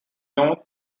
north